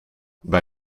bij